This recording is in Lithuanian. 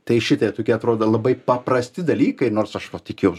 tai šitie tokie atrodo labai paprasti dalykai nors aš va tikėjaus